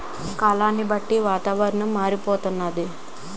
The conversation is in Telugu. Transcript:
కాలాన్ని బట్టి వాతావరణం మారిపోతన్నాది